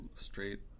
straight